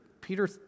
Peter